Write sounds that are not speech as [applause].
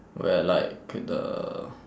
where like [noise] the